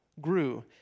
grew